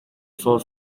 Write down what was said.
for